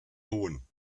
hohn